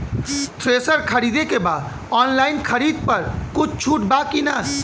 Thresher खरीदे के बा ऑनलाइन खरीद पर कुछ छूट बा कि न?